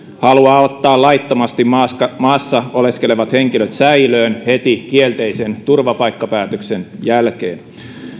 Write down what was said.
haluaa ottaa laittomasti maassa maassa oleskelevat henkilöt säilöön heti kielteisen turvapaikkapäätöksen jälkeen